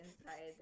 inside